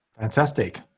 Fantastic